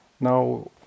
now